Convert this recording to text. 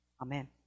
Amen